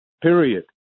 period